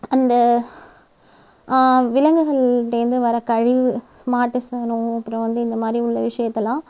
அந்த விலங்குகள்ட்டேருந்து வர கழிவு மாட்டு சாணம் அப்றம் வந்து இந்த மாதிரி உள்ள விஷயத்தைலாம்